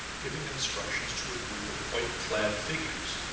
giving instructions to a group of white-clad figures.